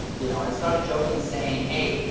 you know, i started joking saying, hey,